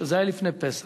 וזה היה לפני פסח,